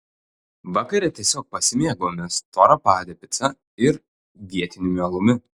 vakare tiesiog pasimėgavome storapade pica ir vietiniu alumi